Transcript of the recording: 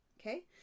Okay